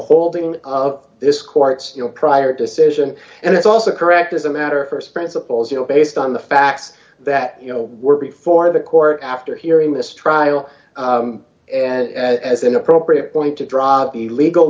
holding of this court you know prior decision and it's also correct as a matter of st principles you know based on the facts that you know were before the court after hearing this trial and as an appropriate point to drop the legal